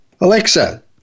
Alexa